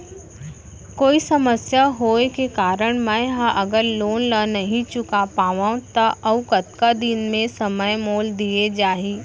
कोई समस्या होये के कारण मैं हा अगर लोन ला नही चुका पाहव त अऊ कतका दिन में समय मोल दीये जाही?